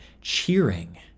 cheering